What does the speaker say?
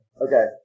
Okay